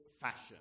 fashion